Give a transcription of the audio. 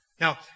Now